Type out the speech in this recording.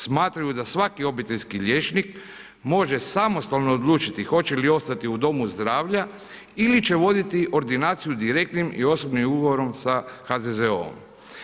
Smatraju da svaki obiteljski liječnik može samostalno odlučiti hoće li ostati u domu zdravlja ili će voditi ordinaciju direktnim i osobnim ugovorom sa HZZO-om.